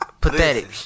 Pathetic